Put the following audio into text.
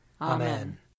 Amen